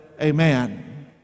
amen